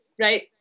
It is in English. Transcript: right